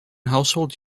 household